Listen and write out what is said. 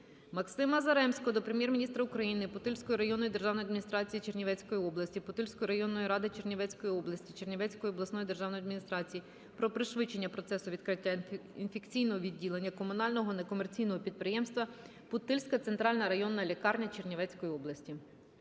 Максима Заремського до Прем'єр-міністра України, Путильської районної державної адміністрації Чернівецької області, Путильської районної ради Чернівецької області, Чернівецької обласної державної адміністрації про пришвидшення процесу відкриття інфекційного відділення комунального некомерційного підприємства "Путильська центральна районна лікарня" Чернівецької області.